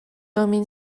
امین